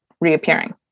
reappearing